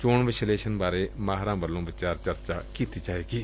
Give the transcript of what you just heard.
ਚੋਣ ਵਿਸ਼ਲੇਸ਼ਣ ਬਾਰੇ ਮਾਹਿਰਾਂ ਵੱਲੋਂ ਵਿਚਾਰ ਚਰਚਾ ਕੀਤੀ ਜਾਏਗੀ